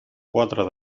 cuatro